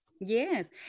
Yes